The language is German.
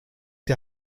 der